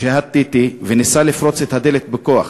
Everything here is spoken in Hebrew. ג'האד תיתי, וניסה לפרוץ את הדלת בכוח.